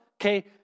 okay